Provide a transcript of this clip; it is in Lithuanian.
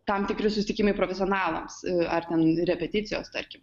tam tikri susitikimai profesionalams ar ten repeticijos tarkim